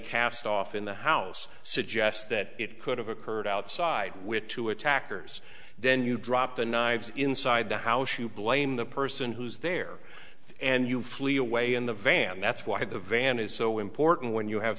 cast off in the house suggests that it could have occurred outside with two attackers then you drop the knives inside the house you blame the person who's there and you flee away in the van that's why the van is so important when you have